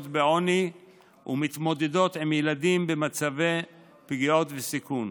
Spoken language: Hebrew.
בעוני ומתמודדות עם ילדים במצבי פגיעות וסיכון.